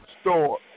store